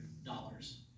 dollars